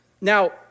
Now